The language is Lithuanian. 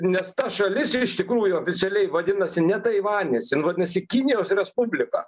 nes ta šalis iš tikrųjų oficialiai vadinasi ne taivanis jin vadinasi kinijos respublika